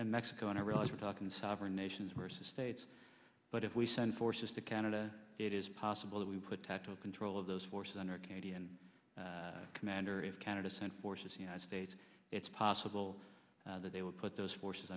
and mexico and i realize we're talking sovereign nations versus states but if we send forces to canada it is possible that we put tatto control of those forces under canadian commander is canada sent forces united states it's possible that they would put those forces